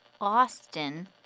Austin